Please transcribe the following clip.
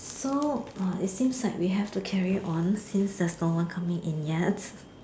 so uh it seems like we have to carry on since there's no one coming in yet